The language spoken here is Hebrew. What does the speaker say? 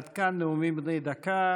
עד כאן נאומים בני דקה.